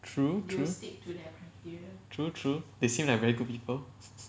true true true true they seem like very good people